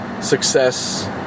success